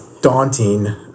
daunting